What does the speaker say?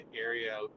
area